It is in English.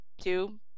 two